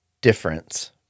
difference